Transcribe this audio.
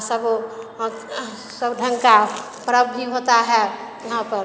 सब सब ढंग का पर्व भी होता है यहाँ पर